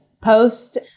post